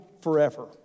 forever